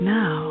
now